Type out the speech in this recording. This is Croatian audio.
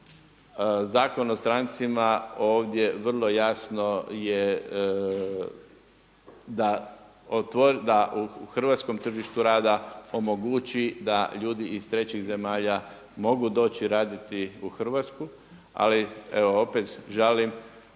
Zakon o strancima ovdje vrlo jasno je, da u hrvatskom tržištu rada omogući da ljudi iz trećih zemalja mogu doći raditi u Hrvatsku ali evo opet žalim